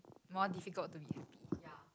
more difficult to be happy